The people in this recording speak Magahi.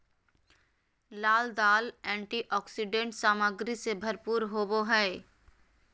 लाल दाल एंटीऑक्सीडेंट सामग्री से भरपूर होबो हइ